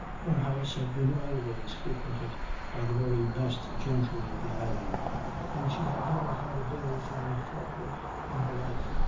her house had been always frequented by the very best gentry of the island and she had never had a bill found fault with in her life,